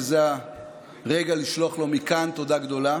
שזה הרגע לשלוח לו מכאן תודה גדולה,